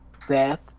Seth